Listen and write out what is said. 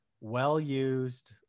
well-used